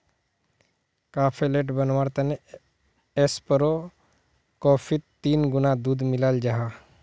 cafe latte बनवार तने espresso कोफ्फीत तीन गुणा दूध मिलाल जाहा